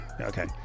Okay